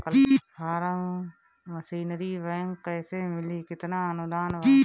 Form machinery bank कैसे मिली कितना अनुदान बा?